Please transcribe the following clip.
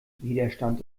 widerstand